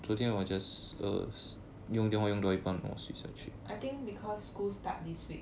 I think because school start this week